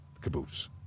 caboose